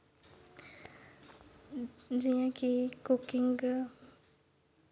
जियां कि कुकिंग